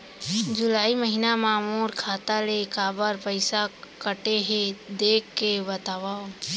जुलाई महीना मा मोर खाता ले काबर पइसा कटे हे, देख के बतावव?